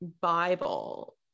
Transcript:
Bible